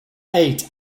eight